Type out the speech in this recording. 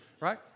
right